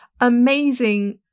amazing